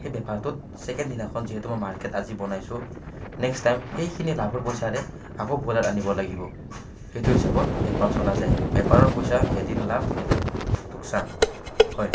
সেই বেপাৰটোত চেকেণ্ড দিনাখন যিহেতু মই মাৰ্কেট আজি বনাইছোঁ নেক্সট টাইম সেইখিনি লাভৰ পইচাৰে আকৌ ব্ৰইলাৰ আনিব লাগিব সেইটো হিচাপত বেপাৰ চলা যায় বেপাৰৰ পইচা এদিন লাভ এদিন লোকচান হয়